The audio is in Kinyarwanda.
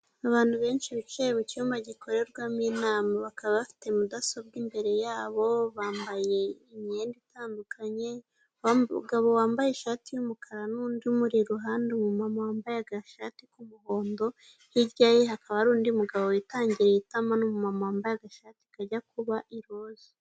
Abantu benshi bicaye mu cyumba gikorerwamo inama, bakaba bafite mudasobwa imbere yabo, bambaye imyenda itandukanye, umugabo wambaye ishati y'umukara, n'undi umuri iruhande, umumama wambaye agashati k'umuhondo, hirya ye hakaba hari undi mugabo witangiriye itama, n'umumama wambaye agashati kajya kuba iroza.